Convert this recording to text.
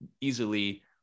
easily